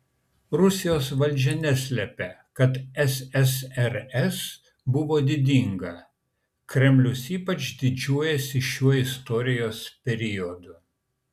rusijos valdžia neslepia kad ssrs buvo didinga kremlius ypač didžiuojasi šiuo istorijos periodu